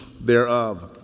thereof